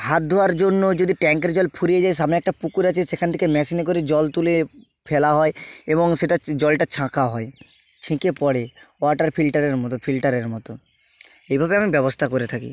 হাত ধোয়ার জন্য যদি ট্যাংকের জল ফুরিয়ে যায় সামনে একটা পুকুর আছে সেখান থেকে মেশিনে করে জল তুলে ফেলা হয় এবং সেটা জলটা ছাঁকা হয় ছেঁকে পড়ে ওয়াটার ফিল্টারের মতো ফিল্টারের মতো এইভাবে আমি ব্যবস্থা করে থাকি